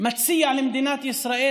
מציע למדינת ישראל,